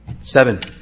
Seven